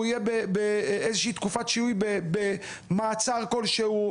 יהיה באיזושהי תקופת שיהוי במעצר כלשהו,